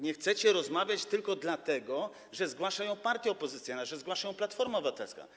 Nie chcecie rozmawiać tylko dlatego, że zgłasza ją partia opozycyjna, że zgłasza ją Platforma Obywatelska.